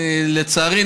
לצערי,